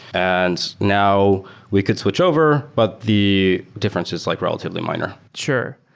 and now we could switch over, but the difference is like relatively minor sure.